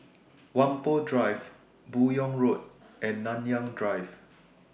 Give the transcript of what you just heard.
Whampoa Drive Buyong Road and Nanyang Drive